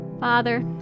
Father